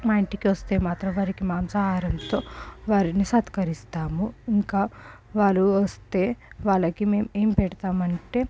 మా ఇంటికి వస్తే మాత్రం వారికి మాంసాహారంతో వారిని సత్కరిస్తాము ఇంకా వాళ్ళు వస్తే వాళ్ళకి మేము ఏం పెడతాము అంటే